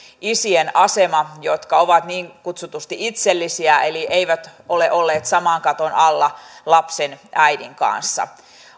isien asema jotka ovat niin kutsutusti itsellisiä eli eivät ole olleet saman katon alla lapsen äidin kanssa